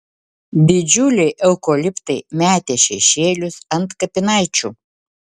didžiuliai eukaliptai metė šešėlius ant kapinaičių